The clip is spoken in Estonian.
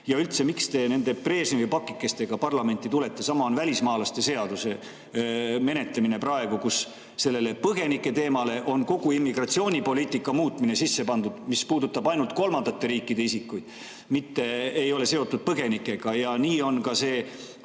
Ja üldse, miks te nende Brežnevi pakikestega parlamenti tulete? Sama on välismaalaste seaduse menetlemisega praegu, kus põgeniketeemale on kogu immigratsioonipoliitika muutmine juurde pandud, mis puudutab ainult kolmandate riikide isikuid, mitte ei ole seotud põgenikega. Nii on ka